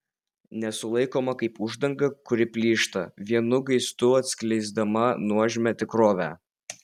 nesulaikoma kaip uždanga kuri plyšta vienu gaistu atskleisdama nuožmią tikrovę